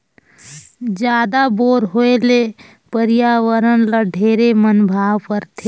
जादा बोर होए ले परियावरण ल ढेरे पनभाव परथे